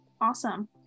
Awesome